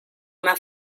una